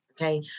Okay